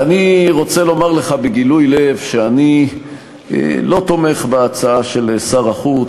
אני רוצה לומר לך בגילוי לב שאני לא תומך בהצעה של שר החוץ.